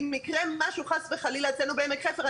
אם יקרה משהו חס וחלילה אצלנו בעמק חפר,